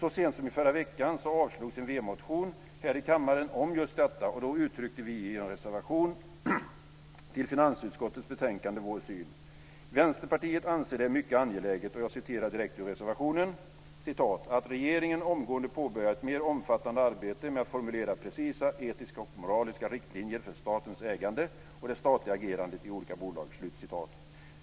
Så sent som i förra veckan avslogs en Vänsterpartimotion här i kammaren om just detta, och då uttryckte vi i en reservation till finansutskottets betänkande vår syn. Vänsterpartiet anser det mycket angeläget "att regeringen omgående påbörjar ett mer omfattande arbete med att formulera precisa, etiska och moraliska riktlinjer för statens ägande och det statliga agerandet i olika bolag".